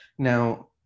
now